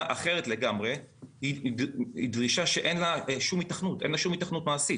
אחרת לגמרי היא דרישה שאינה לה שום ייתכנות מעשית.